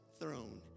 throne